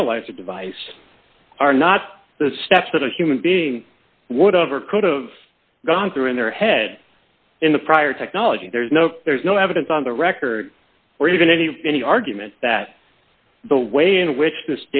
analyze a device are not the steps that a human being would have or could of gone through in their head in the prior technology there's no there's no evidence on the record or even any any argument that the way in which th